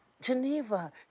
Geneva